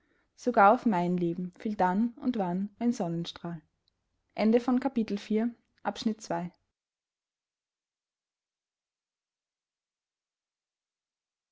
sogar auf mein leben fiel dann und wann ein sonnenstrahl